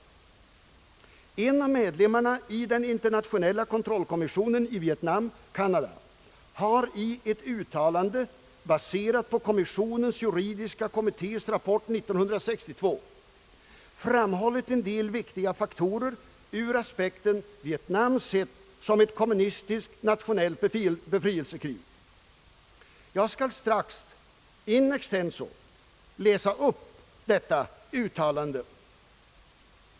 En av medlemmarna i den internationella kontrollkommissionen i Vietnam — Kanada — har i ett uttalande, baserat på kommissionens juridiska kommittés rapport 1962, framhållit en del viktiga faktorer ur aspekten Vietnam sett som ett kommunistiskt »nationellt befrielsekrig«; jag skall strax in extenso läsa upp detta uttalande.